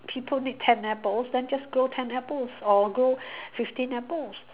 people need ten apples then just grow ten apples or grow fifteen apples